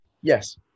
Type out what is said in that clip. Yes